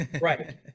Right